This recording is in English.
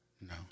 No